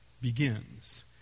Begins